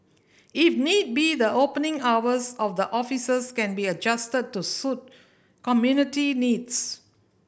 if need be the opening hours of the offices can be adjusted to suit community needs